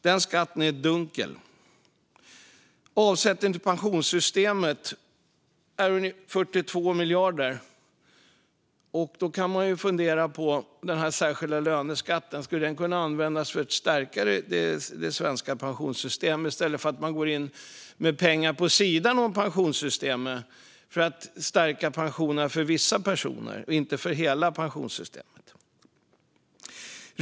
Den skatten är dunkel. Avsättning till pensionssystemet är 42 miljarder. Då kan man fundera på om den särskilda löneskatten skulle kunna användas för att stärka det svenska pensionssystemet i stället för att man går in med pengar vid sidan av pensionssystemet för att stärka pensionerna för vissa personer och inte hela pensionssystemet.